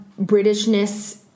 Britishness